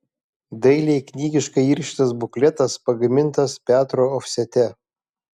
dailiai knygiškai įrištas bukletas pagamintas petro ofsete